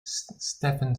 stephen